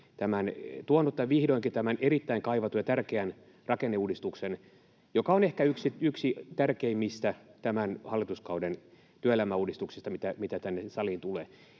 tuonut vihdoinkin tämän erittäin kaivatun ja tärkeän rakenneuudistuksen, joka on ehkä yksi tärkeimmistä tämän hallituskauden työelämäuudistuksista, mitä tänne saliin tulee.